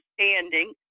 standing